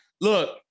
look